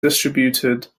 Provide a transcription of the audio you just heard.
distributed